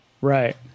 Right